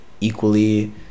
equally